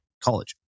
college